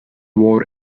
war